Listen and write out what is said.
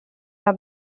una